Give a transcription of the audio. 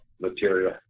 material